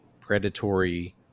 predatory